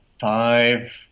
five